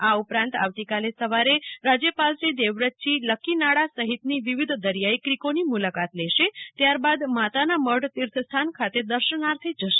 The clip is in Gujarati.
આ ઉપરાંત આવતીકાલે સવારે રાજ્યપાલશ્રી દેવવ્રતજી લક્કીનાળા સહિતની વિવિધ દરિયાઈ ક્રીકોની મુલાકાત લેશેત્યારબાદ માતાના મઢ તીર્થસ્થાન ખાતે દર્શનાર્થે જશે